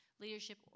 leadership